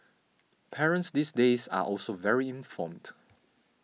parents these days are also very informed